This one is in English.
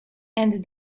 and